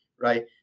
right